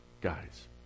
guys